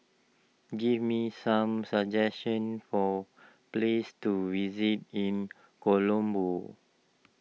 give me some suggestions for places to visit in Colombo